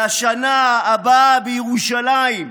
"לשנה הבאה בירושלים",